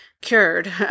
Cured